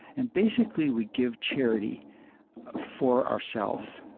and basically we give charity for ourselves.